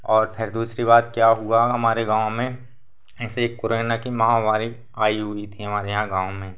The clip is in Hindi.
और फिर दूसरी बार क्या हुआ हमारे गाँव में ऐसे ही एक कोरोना की महामारी आई हुई थी हमारे यहाँ गाँव में